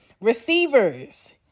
receivers